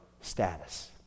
status